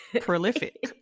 prolific